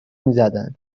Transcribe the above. میزدن